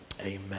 amen